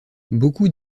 beaucoup